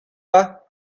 pas